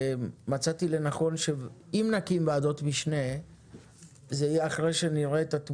מצאתי לנכון שאם נקים ועדות משנה זה יהיה אחרי שנראה את כל החומר.